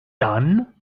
done